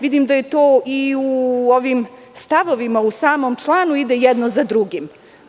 Vidim da je to i u ovim stavovima i u samom članu ide jedni za drugim.